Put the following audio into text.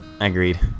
Agreed